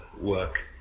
work